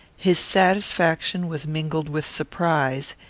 his satisfaction was mingled with surprise,